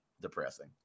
depressing